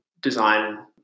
design